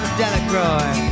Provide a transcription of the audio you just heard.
delacroix